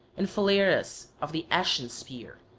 and phalerus of the ashen spear.